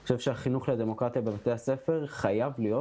אני חושב שהחינוך לדמוקרטיה בבתי הספר חייב להיות